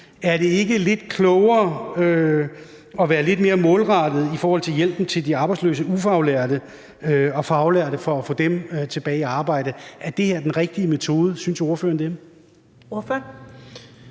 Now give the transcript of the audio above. Er det ikke lidt klogere at være lidt mere målrettet i forhold til hjælpen til de arbejdsløse ufaglærte og faglærte for at få dem tilbage i arbejde, altså er det den rigtige metode? Synes ordføreren det? Kl.